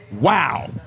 wow